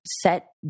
set